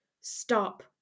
stop